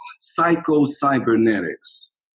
Psycho-Cybernetics